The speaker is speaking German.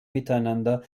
miteinander